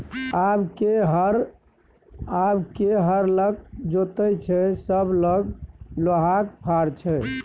आब के हर लकए जोतैय छै सभ लग लोहाक फार छै